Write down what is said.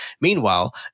Meanwhile